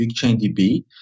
BigchainDB